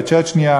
בצ'צ'ניה.